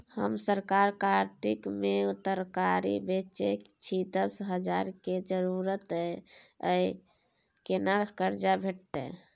हम सरक कातिक में तरकारी बेचै छी, दस हजार के जरूरत हय केना कर्जा भेटतै?